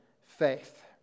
faith